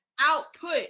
output